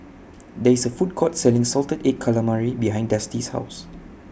There IS A Food Court Selling Salted Egg Calamari behind Dusty's House